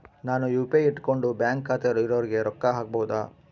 ನಾನು ಯು.ಪಿ.ಐ ಇಟ್ಕೊಂಡು ಬ್ಯಾಂಕ್ ಖಾತೆ ಇರೊರಿಗೆ ರೊಕ್ಕ ಹಾಕಬಹುದಾ?